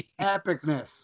Epicness